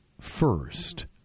first